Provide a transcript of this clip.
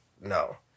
no